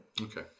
okay